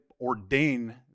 ordain